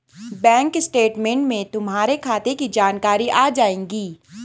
bank statement में तुम्हारे खाते की जानकारी आ जाएंगी